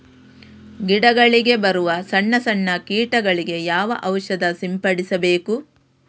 ಗಿಡಗಳಿಗೆ ಬರುವ ಸಣ್ಣ ಸಣ್ಣ ಕೀಟಗಳಿಗೆ ಯಾವ ಔಷಧ ಸಿಂಪಡಿಸಬೇಕು?